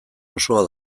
osoa